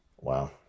wow